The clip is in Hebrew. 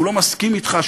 שהוא לא מסכים אתך,